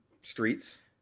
streets